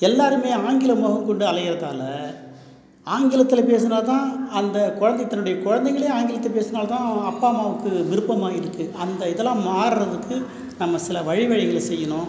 எல்லாேருமே ஆங்கில மோகம் கொண்டு அலையிறதால் ஆங்கிலத்தில் பேசுனால்தான் அந்த குழந்தை தன்னுடைய குழந்தைங்களே ஆங்கிலத்தில் பேசினால் தான் அப்பா அம்மாவுக்கு விருப்பமாக இருக்கு அந்த இதெலாம் மாறத்துக்கு நம்ம சில வழி வகைகளை செய்யணும்